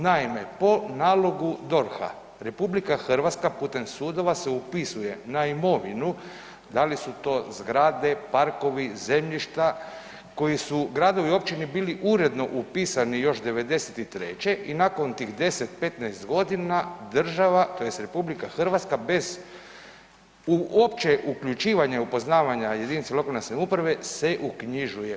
Naime, po nalogu DORH-a RH putem sudova se upisuje na imovinu, da li su to zgrade, parkovi, zemljišta, koji su gradovi i općine bili uredno upisani još '93. i nakon tih 10, 15 godina država, tj. RH bez uopće uključivanja i upoznavanja jedinica lokalne samouprave se uknjižuje.